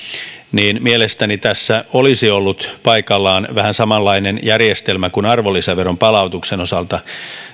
niin mielestäni tässä olisi ollut paikallaan vähän samanlainen järjestelmä kuin millä arvonlisäveron palautuksen osalta